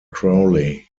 crowley